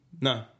No